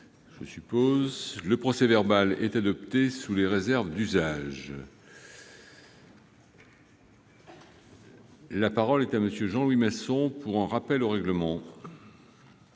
?... Le procès-verbal est adopté sous les réserves d'usage. La parole est à M. Jean Louis Masson, pour un rappel au règlement.